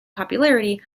popularity